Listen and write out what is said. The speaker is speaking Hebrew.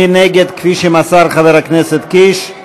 מי נגד, כפי שמסר חבר הכנסת קיש?